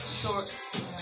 shorts